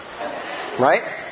right